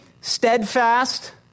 steadfast